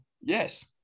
Yes